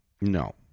No